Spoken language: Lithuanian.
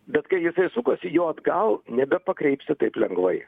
bet kai jisai sukasi jo atgal nebepakreipsi taip lengvai